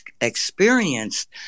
experienced